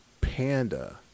Panda